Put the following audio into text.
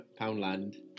Poundland